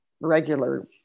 regular